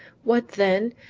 what then!